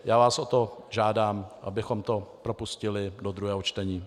Já vás o to žádám, abychom to propustili do druhého čtení.